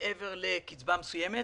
מעבר לקצבה מסוימת,